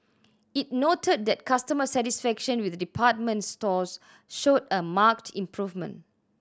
it noted that customer satisfaction with department stores showed a marked improvement